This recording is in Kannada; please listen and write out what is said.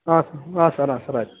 ಹಾಂ ಸರ್ ಹಾಂ ಸರ್ ಹಾಂ ಸರ್ ಆಯಿತು